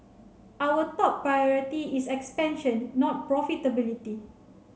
our top priority is expansion not profitability